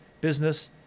business